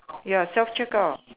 ya self checkout